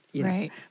Right